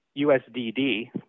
USDD